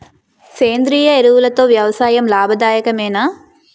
సేంద్రీయ ఎరువులతో వ్యవసాయం లాభదాయకమేనా?